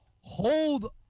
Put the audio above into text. Hold